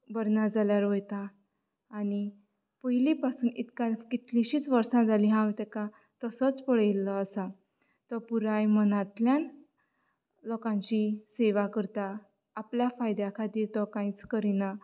बरें ना जाल्यार वयता आनी पयली पासून इतका कितलीशींच वर्सां जाली हांव तेकां तसोच पळयल्लो आसा तो पुराय मनांतल्यान लोकांची सेवा करता आपल्या फायद्या खातीर तो कांयच करिना